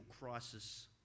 crisis